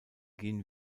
gehen